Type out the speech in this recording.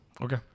Okay